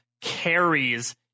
carries